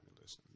listen